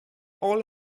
all